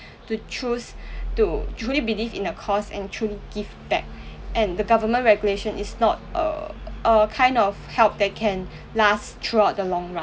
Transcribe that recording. to choose to truly believe in a cause and to give back and the government regulation is not uh a kind of help that can last throughout the long run